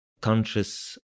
conscious